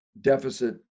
deficit